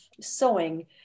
sewing